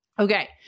Okay